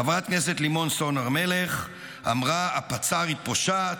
חברת הכנסת לימור סון הר מלך אמרה: 'הפצ"רית פושעת,